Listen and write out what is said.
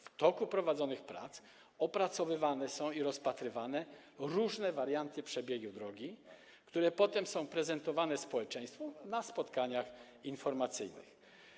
W toku prowadzonych prac opracowywane są i rozpatrywane różne warianty przebiegu drogi, które potem są prezentowane społeczeństwu na spotkaniach informacyjnych.